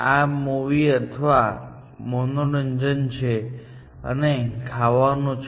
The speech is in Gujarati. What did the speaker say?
આ મૂવી અથવા મનોરંજન છે અને આ ખાવાનું છે